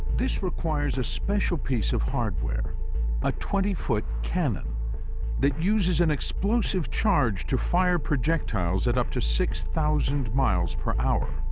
this requires a special piece of hardware a twenty foot cannon that uses an explosive charge to fire projectiles at up to six thousand miles per hour.